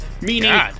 Meaning